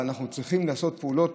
אבל אנחנו צריכים לעשות פעולות,